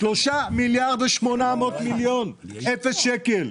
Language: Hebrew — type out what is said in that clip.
שלושה מיליארד ו-800 מיליון שקלים אפס שקל.